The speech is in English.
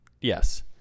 Yes